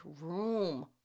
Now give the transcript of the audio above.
room